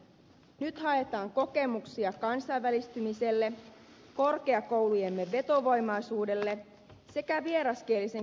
nyt haetaan kokemuksia kansainvälistymiselle korkeakoulujemme vetovoimaisuudelle sekä vieraskielisen koulutustarjonnan laadulle